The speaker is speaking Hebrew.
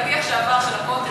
הפתיח שעבר של הכותל,